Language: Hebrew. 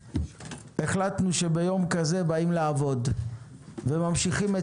החלטנו שביום כזה באים לעבוד וממשיכים את